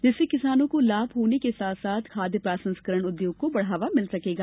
जिससे किसानों को लाभ होने के साथ साथ खाद्य प्रसंस्करण उद्योग को बढ़ावा मिल सकेगा